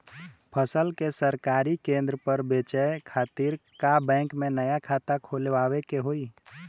फसल के सरकारी केंद्र पर बेचय खातिर का बैंक में नया खाता खोलवावे के होई?